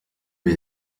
wir